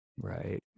right